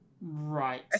Right